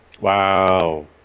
Wow